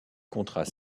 contrats